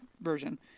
version